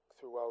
throughout